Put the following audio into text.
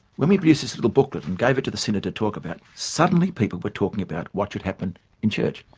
when we produced this little booklet and gave it to the synod to talk about, suddenly people were talking about what should happen in church.